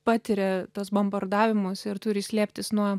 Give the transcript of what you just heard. patiria tuos bombardavimus ir turi slėptis nuo